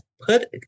put